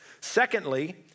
Secondly